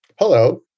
Hello